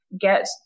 get